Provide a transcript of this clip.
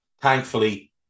Thankfully